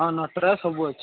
ହଁ ନଟରାଜ୍ ସବୁ ଅଛି